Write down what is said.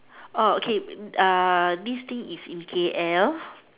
oh okay uh this thing is in K_L